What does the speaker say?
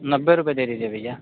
नब्बे रुपये दे दीजिए भैया